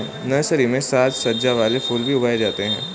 nursery में साज सज्जा वाले फूल भी उगाए जाते हैं